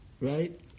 right